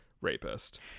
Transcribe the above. rapist